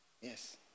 Yes